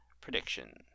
prediction